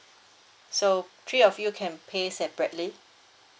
so three of you can pay separately